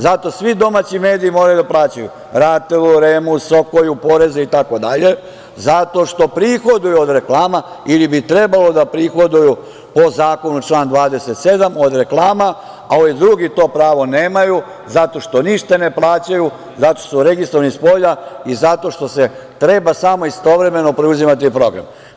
Zato svi domaći mediji moraju da plaćaju RATEL-u, REM-u, SOKOJ-u poreze, itd, zato što prihoduju od reklama ili bi trebalo da prihoduju po zakonu, član 27, od reklama, a ovi drugi to prvo nemaju zato što ništa ne plaćaju, zato što su registrovani spolja i zato što treba samo istovremeno preuzimati program.